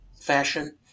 fashion